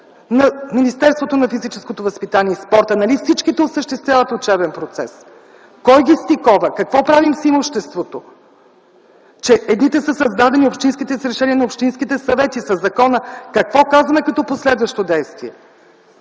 на Министерството на физическото възпитание и спорта. Нали всичките осъществяват учебен процес? Кой ги стикова? Какво правим с имуществото? Едните – общинските, са създадени с решение на общинските съвети със закона. Какво казваме като последващо действие?